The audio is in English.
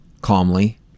Calmly